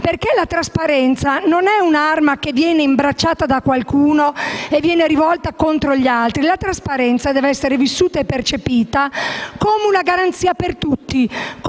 perché la trasparenza non è un'arma che viene imbracciata da qualcuno e rivolta contro gli altri; la trasparenza deve essere vissuta e percepita come una garanzia per tutti,